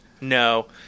No